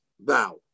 vow